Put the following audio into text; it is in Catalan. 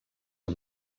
amb